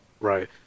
Right